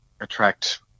attract